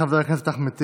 חבר הכנסת אחמד טיבי.